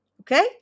okay